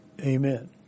Amen